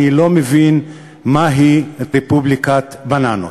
אני לא מבין מהי רפובליקת בננות.